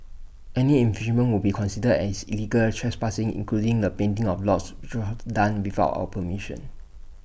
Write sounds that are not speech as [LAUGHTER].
any infringement will be considered as illegal trespassing including the painting of lots [UNINTELLIGIBLE] done without our permission